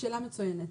שאלה מצוינת.